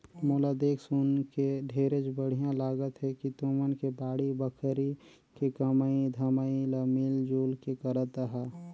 मोला देख सुनके ढेरेच बड़िहा लागत हे कि तुमन के बाड़ी बखरी के कमई धमई ल मिल जुल के करत अहा